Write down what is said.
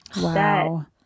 Wow